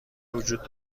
وجود